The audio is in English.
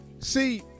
See